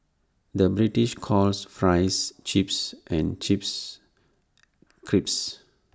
the British calls Fries Chips and Chips Crisps